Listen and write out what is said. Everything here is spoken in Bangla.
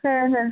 হ্যাঁ হ্যাঁ